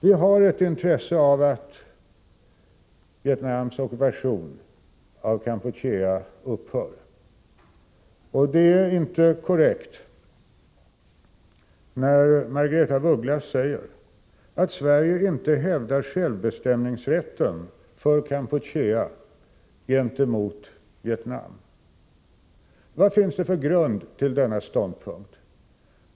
Vi har ett intresse av att Vietnams ockupation av Kampuchea upphör, och det är inte korrekt när Margaretha af Ugglas säger att Sverige inte hävdar självbestämningsrätten för Kampuchea gentemot Vietnam. Vad finns det för grund för denna ståndpunkt?